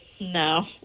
no